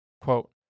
Quote